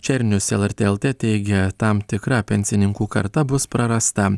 černius lrt lt teigė tam tikra pensininkų karta bus prarasta